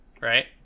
right